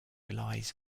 lies